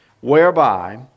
whereby